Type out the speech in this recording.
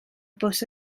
bws